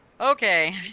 okay